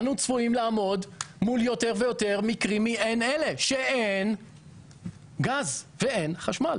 אנחנו צפויים לעמוד מול יותר ויותר מקרים מעין אלה שאין גז ואין חשמל,